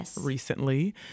recently